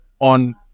on